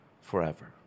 forever